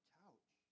couch